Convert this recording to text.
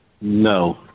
No